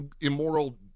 Immoral